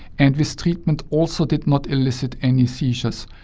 and this treatment also did not elicit any seizures.